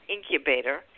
Incubator